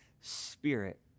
Spirit